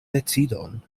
decidon